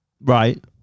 Right